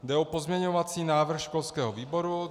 Jde o pozměňovací návrh školského výboru.